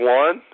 one